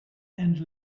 and